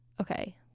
okay